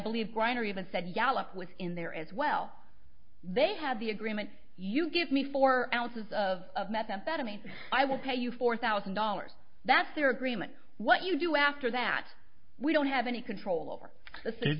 believe right or even said gallic was in there as well they had the agreement you give me four ounces of methamphetamine i will pay you four thousand dollars that's their agreement what you do after that we don't have any control over